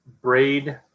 Braid